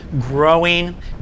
growing